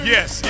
Yes